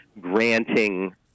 granting